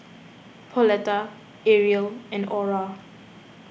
Pauletta Ariel and Aura